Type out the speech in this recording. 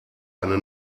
eine